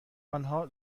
آنها